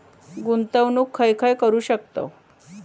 गुंतवणूक खय खय करू शकतव?